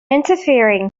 interfering